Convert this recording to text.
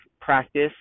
practice